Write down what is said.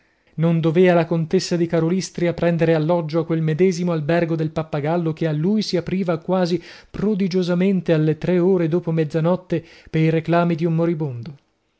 non dovea la contessa di karolystria prendere alloggio a quel medesimo albergo del pappagallo che a lui si apriva quasi prodigiosamente alle tre ore dopo mezzanotte pei reclami di un moribondo